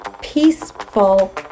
peaceful